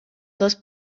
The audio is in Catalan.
dos